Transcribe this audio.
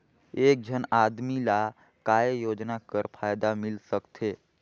एक झन आदमी ला काय योजना कर फायदा मिल सकथे?